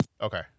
Okay